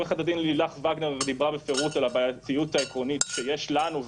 עו"ד לילך וגנר דיברה בפירוט על הבעייתיות העקרונית שיש לנו,